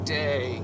day